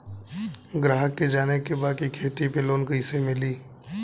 ग्राहक के जाने के बा की खेती पे लोन कैसे मीली?